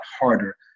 harder